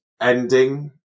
ending